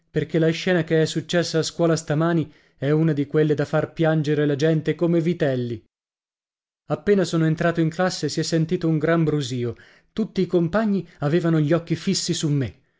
perché la scena che è successa a scuola stamani è una di quelle da far piangere la gente come vitelli appena sono entrato in classe si è sentito un gran brusìo tutti i compagni avevano gli occhi fissi su me